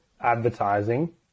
advertising